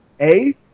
A-